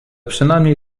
przynajmniej